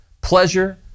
Pleasure